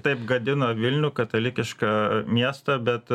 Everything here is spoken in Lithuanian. taip gadina vilniaus katalikišką miestą bet